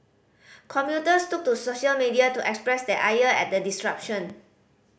commuters took to social media to express their ire at the disruption